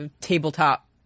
tabletop